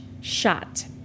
shot